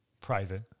private